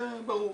זה ברור.